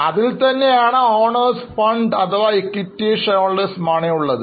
അതിൽ തന്നെയാണ് ഈ പറയുന്ന Owners fund അഥവാ Equity shareholders money ഉള്ളത്